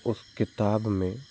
उस किताब में